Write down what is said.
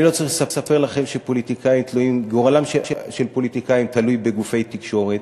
אני לא צריך לספר לכם שגורלם של פוליטיקאים תלוי בגופי תקשורת.